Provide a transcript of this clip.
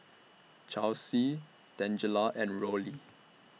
Charlsie Tangela and Rollie